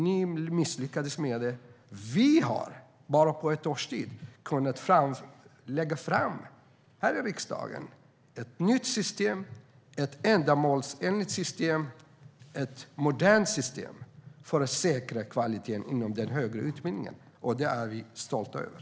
Ni misslyckades med det. Vi har på bara ett års tid kunnat lägga fram ett nytt system här i riksdagen - ett ändamålsenligt system, ett modernt system för att säkra kvaliteten inom den högre utbildningen. Det är vi stolta över.